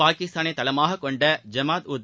பாகிஸ்தானை தளமாக கொண்ட ஜமாத் உத்